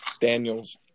Daniels